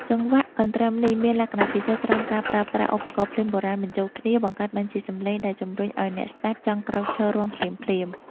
ចង្វាក់កន្ទ្រឹមនេះមានលក្ខណៈពិសេសត្រង់ការប្រើប្រាស់ឧបករណ៍ភ្លេងបុរាណបញ្ចូលគ្នា បង្កើតបានជាសម្លេងដែលជំរុញឱ្យអ្នកស្តាប់ចង់ក្រោកឈររាំភ្លាមៗ។